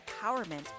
empowerment